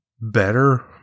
better